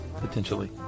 Potentially